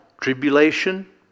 tribulation